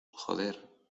joder